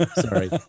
sorry